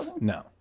No